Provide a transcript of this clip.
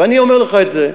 ואני אומר לך את זה.